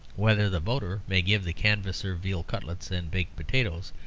whether the voter may give the canvasser veal cutlets and baked potatoes,